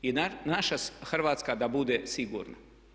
I naša Hrvatska da bude sigurna.